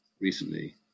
recently